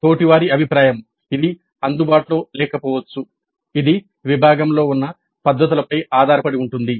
తోటివారి అభిప్రాయం ఇది అందుబాటులో లేకపోవచ్చు ఇది విభాగంలో ఉన్న పద్ధతులపై ఆధారపడి ఉంటుంది